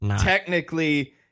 technically